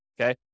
Okay